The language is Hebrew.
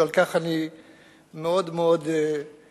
ועל כך אני מאוד מאוד מודה.